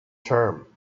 term